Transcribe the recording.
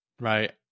right